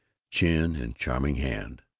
chin in charming hand,